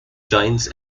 giants